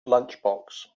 lunchbox